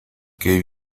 que